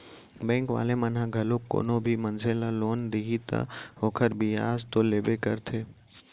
bank वाले मन ह घलोक कोनो भी मनसे ल लोन दिही त ओखर बियाज तो लेबे करथे